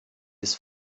ist